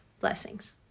Blessings